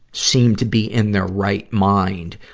seem to be in their right mind,